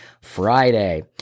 Friday